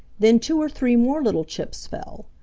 then two or three more little chips fell.